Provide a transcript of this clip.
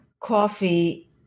coffee